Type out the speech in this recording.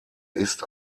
ist